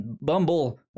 bumble